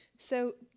so,